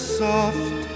soft